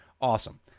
Awesome